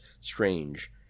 strange